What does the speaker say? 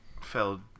fell